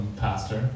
pastor